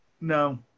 No